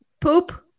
Poop